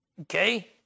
okay